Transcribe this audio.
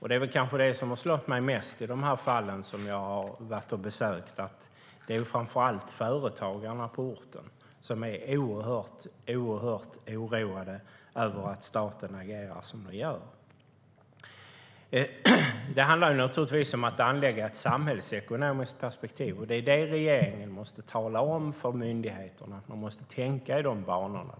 Det är kanske det som har slagit mig mest i de fall jag har varit på besök, att det framför allt är företagarna på orten som är oerhört oroade över att staten agerar som den gör. Det handlar naturligtvis om att anlägga ett samhällsekonomiskt perspektiv, och regeringen måste tala om för myndigheterna att de ska tänka i de banorna.